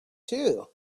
too